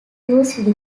use